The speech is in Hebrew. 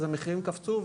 אז המחירים קפצו.